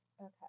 Okay